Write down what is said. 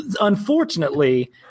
unfortunately